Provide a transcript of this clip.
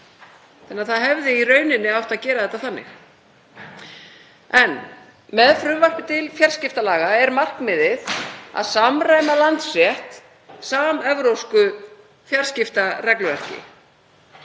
sinn. Það hefði í rauninni átt að gera þetta þannig. Með frumvarpi til fjarskiptalaga er markmiðið að samræma landsrétt samevrópsku fjarskiptaregluverki.